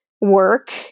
work